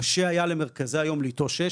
קשה היה למרכזי היום להתאושש,